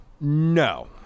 no